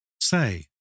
Say